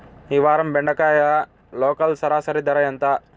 ఈ వారం బెండకాయ లోకల్ సరాసరి ధర ఎంత?